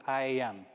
IAM